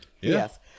Yes